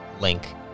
link